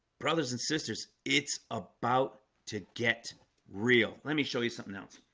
brothers and sisters. it's about to get real. let me show you something else